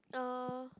uh